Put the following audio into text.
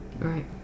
right